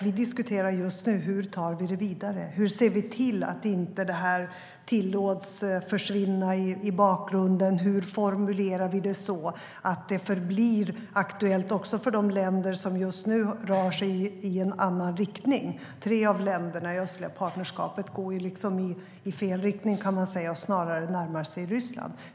Vi diskuterar just nu hur vi tar det vidare, hur vi ser till att det här inte tillåts försvinna i bakgrunden, hur vi formulerar det så att det förblir aktuellt också för de länder som just nu rör sig i en annan riktning. Tre av länderna i östliga partnerskapet går ju i fel riktning, kan man säga, och närmar sig snarare Ryssland.